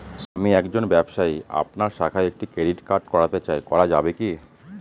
আমি একজন ব্যবসায়ী আপনার শাখায় একটি ক্রেডিট কার্ড করতে চাই করা যাবে কি?